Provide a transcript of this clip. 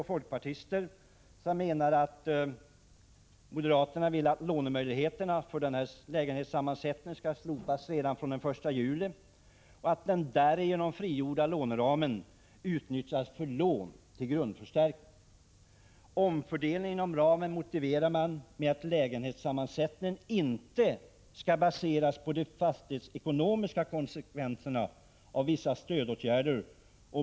Moderaterna vill att lånemöjligheterna för nämnda lägenhetssammansättning slopas fr.o.m. den 1 juli och att den därigenom frigjorda låneramen utnyttjas för lån till grundförstärkning. Omfördelningen inom ramen motive ras med att lägenhetssammansättningen inte skall baseras på de fastighetsekonomiska konsekvenserna av vissa stödåtgärder.